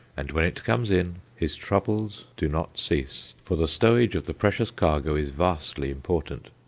and when it comes in, his troubles do not cease, for the stowage of the precious cargo is vastly important.